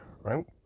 right